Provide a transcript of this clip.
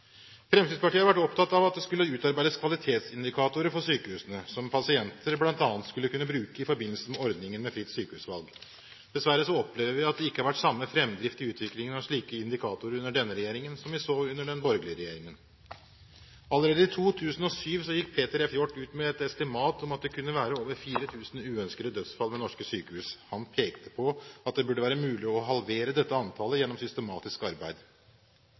Fremskrittspartiet har vært opptatt av at det skulle utarbeides kvalitetsindikatorer for sykehusene, som pasienter bl.a. kunne bruke i forbindelse med ordningen fritt sykehusvalg. Dessverre opplever vi at det ikke er samme framdrift i utviklingen av slike indikatorer under denne regjeringen som vi så under den borgerlige regjeringen. Allerede i 2007 gikk Peter F. Hjort ut med et estimat om at det kunne være over 4 000 uønskede dødsfall ved norske sykehus. Han pekte på at det burde være mulig å halvere dette antallet gjennom systematisk arbeid.